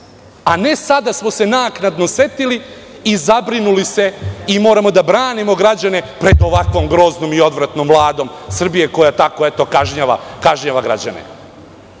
a ne sada smo se naknadno setili i zabrinuli se i moramo da branimo građane pred ovakvom groznom i odvratnom Vladom Srbije, koja eto tako kažnjava građane.I